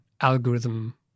algorithm